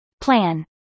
Plan